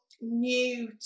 new